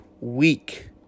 week